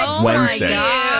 Wednesday